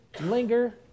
linger